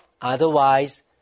Otherwise